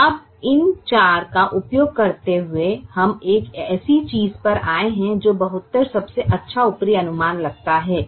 तो अब इन चार का उपयोग करते हुए हम एक ऐसी चीज पर आए हैं जो 72 सबसे अच्छा ऊपरी अनुमान लगता है